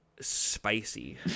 spicy